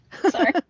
Sorry